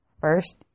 first